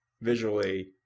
visually